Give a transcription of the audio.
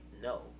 no